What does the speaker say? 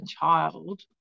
child